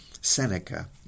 Seneca